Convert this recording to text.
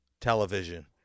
television